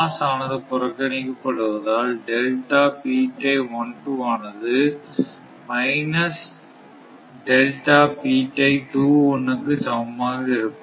loss ஆனது புறக்கணிக்க படுவதால் ஆனது மைனஸ் க்கு சமமாக இருக்கும்